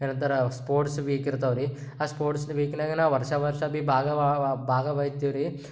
ಏನಂತಾರ sports week ಇರ್ತವೆ ರಿ ಆ ಸ್ಪೋರ್ಟ್ಸ್ ವೀಕ್ನಾಗೆ ನಾ ವರ್ಷ ವರ್ಷ ಭಿ ಬಾಗವ ಭಾಗವಹ್ಸ್ತಿವ್ರಿ